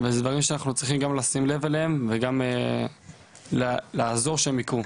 ואלו דברים שאנחנו צריכים לשים לב אליהם וגם לעזור שהם יקרו.